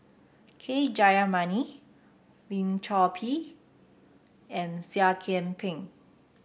K Jayamani Lim Chor Pee and Seah Kian Peng